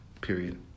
period